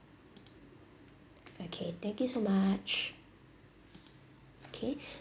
okay thank you so much okay